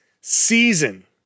season